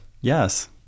Yes